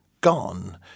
gone